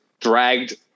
dragged